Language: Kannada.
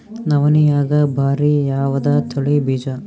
ನವಣಿಯಾಗ ಭಾರಿ ಯಾವದ ತಳಿ ಬೀಜ?